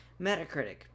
Metacritic